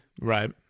Right